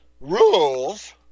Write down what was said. rules